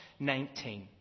19